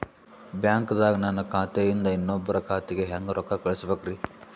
ಬ್ಯಾಂಕ್ದಾಗ ನನ್ ಖಾತೆ ಇಂದ ಇನ್ನೊಬ್ರ ಖಾತೆಗೆ ಹೆಂಗ್ ರೊಕ್ಕ ಕಳಸಬೇಕ್ರಿ?